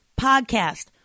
podcast